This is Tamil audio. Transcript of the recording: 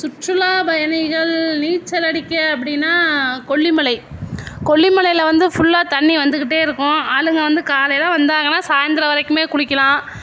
சுற்றுலா பயணிகள் நீச்சல் அடிக்க அப்படீனா கொல்லிமலை கொல்லிமலையில வந்து ஃபுல்லாக தண்ணி வந்துகிட்டே இருக்கும் ஆளுங்க வந்து காலையில வந்தாங்கன்னா சாய்ந்தரம் வரைக்குமே குளிக்கலாம்